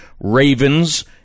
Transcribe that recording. Ravens